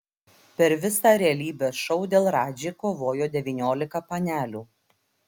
per visą realybės šou dėl radži kovojo devyniolika panelių